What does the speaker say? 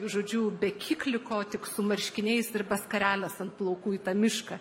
žodžiu be kikliko tik su marškiniais ir be skarelės ant plaukų į tą mišką